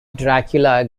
dracula